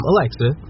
Alexa